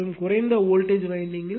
மற்றும் குறைந்த வோல்டேஜ்வைண்டிங் 0